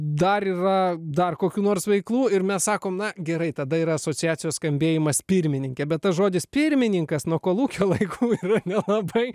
dar yra dar kokių nors veiklų ir mes sakome na gerai tada yra asociacijos skambėjimas pirmininke bet tas žodis pirmininkas nuo kolūkio laikų nelabai